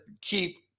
keep